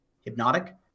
hypnotic